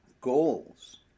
goals